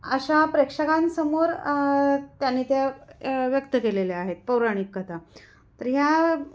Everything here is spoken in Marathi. अशा प्रेक्षकांसमोर त्यांनी त्या व्यक्त केलेल्या आहेत पौराणिक कथा तर ह्या